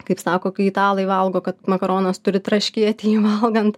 kaip sako kai italai valgo kad makaronas turi traškėti jį valgant